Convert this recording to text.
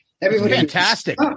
Fantastic